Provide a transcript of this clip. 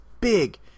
big